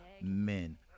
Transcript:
Men